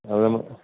അതു